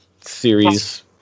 series